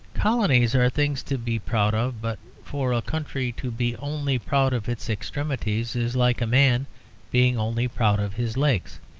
colonies are things to be proud of, but for a country to be only proud of its extremities is like a man being only proud of his legs.